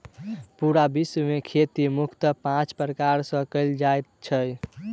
पूरा विश्व मे खेती मुख्यतः पाँच प्रकार सॅ कयल जाइत छै